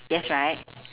yes right